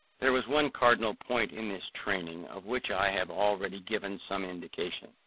there was one cardinal point in this training, of which i have already given some indication,